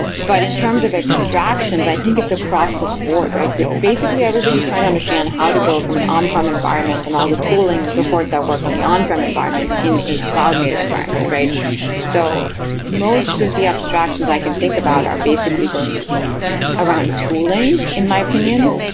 but in terms of abstractions, i think it's across the board. but basically, everybody's trying to understand how to go from an on-prem environment and all the tooling and support the worked on the on-prem environment in a cloud native environment. so most of the abstractions i can think about are basically going to be around tooling in my opinion.